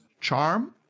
charm